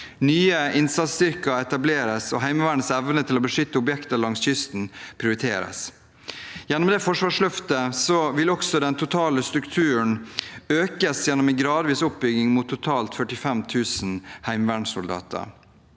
Nye innsatsstyrker etableres, og Heimevernets evne til å beskytte objekter langs kysten prioriteres. Gjennom dette forsvarsløftet vil også den totale strukturen økes gjennom en gradvis oppbygging, til totalt 45 000 heimevernssoldater.